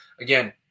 again